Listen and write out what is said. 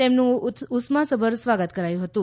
તેમનું ઉષ્માસભર સ્વાગત કરાયું હતું